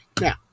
Now